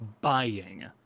buying